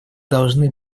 должны